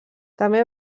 també